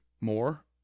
more